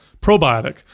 probiotic